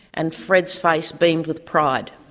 and fred's face beamed with pride.